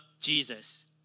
Jesus